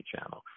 Channel